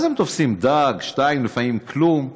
הם תופסים דג, שניים, לפעמים כלום.